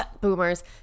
boomers